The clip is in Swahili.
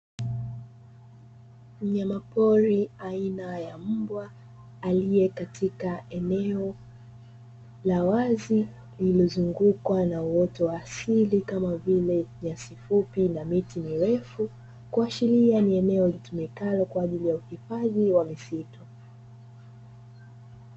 Mnyama pori aina ya mbwa aliye Katika eneo la wa lililozungukwa na uoto wa asili kama vile; nyasi fupi na miti mirefu kuashiria ni eneo litumikalo kwa ajili ya uhifadhi wa misitu.